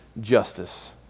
justice